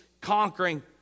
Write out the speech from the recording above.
conquering